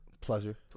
Pleasure